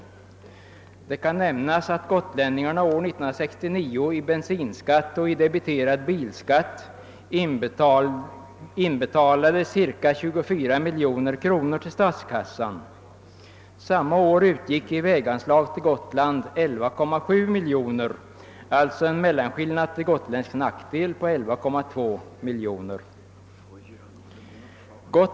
Det kan nämnas att gotlänningarna år 1969 i bensinskatt och i debiterad bilskatt inbetalade cirka 24 miljoner kronor till statskassan. Samma år utgick i väganslag till Gotland ca 11,7 miljoner kronor, alltså en mellanskillnad till gotländsk nackdel på i runt tal 12 miljoner kronor.